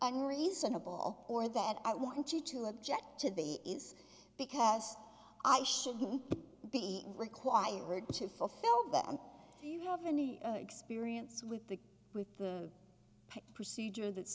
reasonable or that i want you to object to the is because i should be required to fulfill them you have any experience with the with the procedure that's